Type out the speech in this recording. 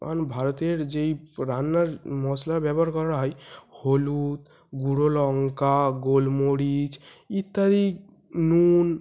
কারণ ভারতের যেই রান্নার মশলার ব্যবহার করা হয় হলুদ গুঁড়ো লঙ্কা গোলমরিচ ইত্যাদি নুন